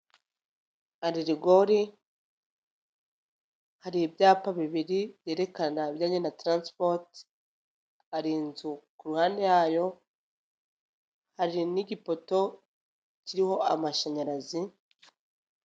Hari rigori hari ibyapa bibiri byerekana ibijyanye na taransipoti, hari inzu ku ruhande hayo hari n'igipoto kiriho amashanyarazi.